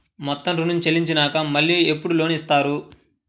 మొత్తం ఋణం చెల్లించినాక మళ్ళీ ఎప్పుడు లోన్ ఇస్తారు?